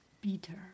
bitter